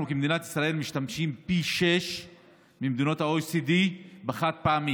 אנחנו במדינת ישראל משתמשים פי שישה ממדינות ה-OECD בחד-פעמי.